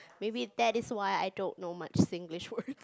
maybe that is why I don't know much Singlish word